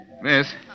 Miss